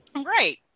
Right